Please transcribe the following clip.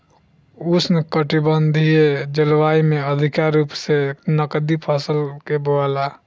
उष्णकटिबंधीय जलवायु में अधिका रूप से नकदी फसल के बोआला